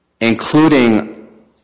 including